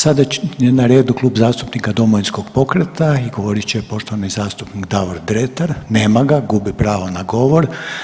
Sada je na redu Klub zastupnika Domovinskog pokreta i govorit će poštovani zastupnik Davor Dretar, nema ga, gubi pravo na govor.